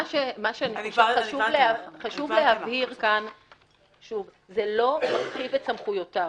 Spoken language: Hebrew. חשוב להבהיר כאן שוב שזה לא מרחיב את סמכויותיו.